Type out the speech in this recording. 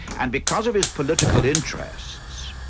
and because of his political interests,